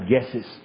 guesses